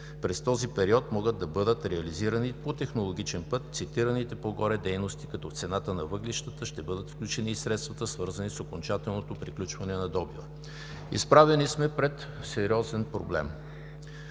През този период могат да бъдат реализирани по технологичен път цитираните по-горе дейности, като в цената на въглищата ще бъдат включени и средствата, свързани с окончателното приключване на добива. Изправени сме пред сериозен проблем.